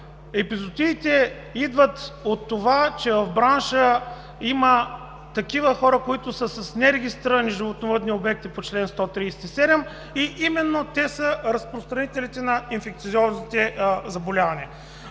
Епизоотиите идват от това, че в бранша има такива хора с нерегистрирани животни в обекти – по чл. 137, именно те са разпространители на инфекциозните заболявания,